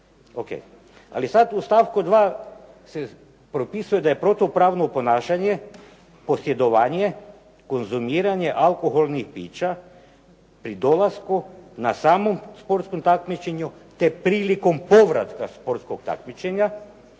ali sad u stavku 2. se propisuje da je protupravno ponašanje posjedovanje, konzumiranje alkoholnih pića pri dolasku na samo sportskom takmičenju te prilikom povratka sportskog takmičenja,